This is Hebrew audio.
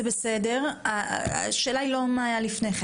זה בסדר, והשאלה היא לא מה היה קודם.